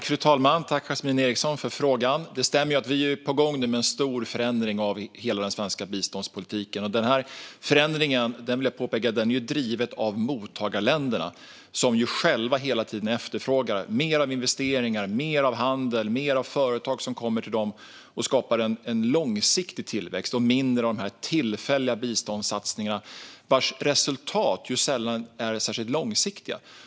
Fru talman! Jag tackar Yasmine Eriksson för frågan. Det stämmer att vi är på gång med en stor förändring av hela den svenska biståndspolitiken. Jag vill påpeka att förändringen är driven av mottagarländerna, som själva hela tiden efterfrågar mer av investeringar, mer av handel och mer av företag som kommer till dem och skapar en långsiktig tillväxt. De vill ha mindre av de tillfälliga biståndssatsningar vars resultat sällan är särskilt långsiktiga.